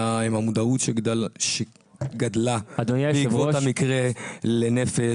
עם המודעות שגדלה בעקבות המקרה לנפש,